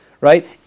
right